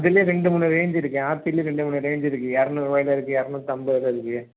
அதிலயே ரெண்டு மூணு ரேஞ்சு இருக்குது ஆப்பிள்லேயே ரெண்டு மூணு ரேஞ்சு இருக்குது இரநூருவாய்ல இருக்குது இரநூத்து ஐம்பதுல இருக்குது